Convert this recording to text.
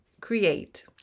create